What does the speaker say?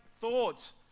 thoughts